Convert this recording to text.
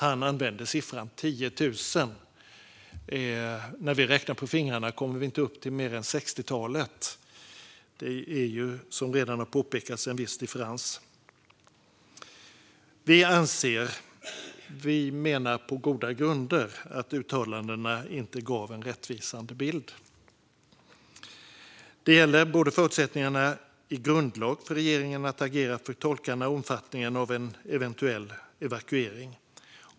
Han använde siffran 10 000, men när vi räknade på fingrarna kom vi inte upp till mer än ett sextiotal. Det är, som redan har påpekats, en viss differens. Vi anser och menar på goda grunder att uttalandena inte gav en rättvisande bild. Detta gäller både förutsättningarna i grundlagen för regeringen att agera för tolkarna och omfattningen av en eventuell evakuering.